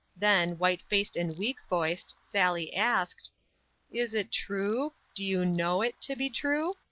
then, white-faced and weak-voiced, sally asked is it true? do you know it to be true?